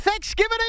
Thanksgiving